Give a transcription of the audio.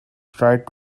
tried